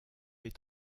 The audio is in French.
est